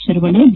Sharavana D